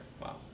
Wow